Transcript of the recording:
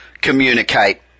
communicate